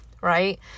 right